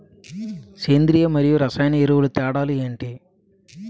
సేంద్రీయ మరియు రసాయన ఎరువుల తేడా లు ఏంటి?